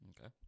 Okay